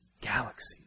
Galaxies